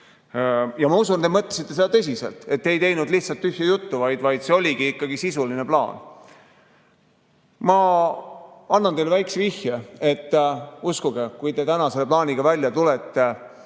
Ja ma usun, te mõtlesite seda tõsiselt, te ei ajanud lihtsalt tühja juttu, vaid see oli ikkagi sisuline plaan. Ma annan teile väikese vihje. Uskuge, kui te täna selle plaaniga välja tuleksite